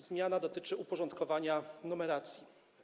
Zmiana ta dotyczy uporządkowania numeracji.